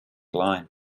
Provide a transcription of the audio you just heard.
line